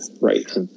right